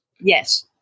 Yes